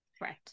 right